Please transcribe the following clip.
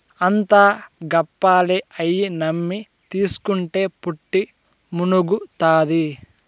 అంతా గప్పాలే, అయ్యి నమ్మి తీస్కుంటే పుట్టి మునుగుతాది